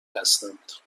هستند